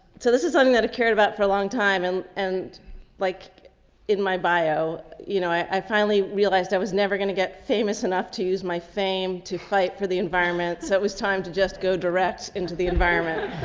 so this is something that i cared about for a long time and and like in my bio, you know, i finally realized i was never going to get famous enough to use my fame to fight for the environment. so it was time to just go direct into the environment.